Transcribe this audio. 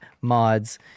mods